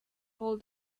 all